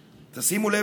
כבר.